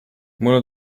mulle